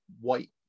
white